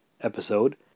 episode